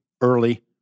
early